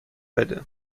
بده